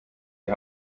die